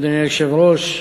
אדוני היושב-ראש,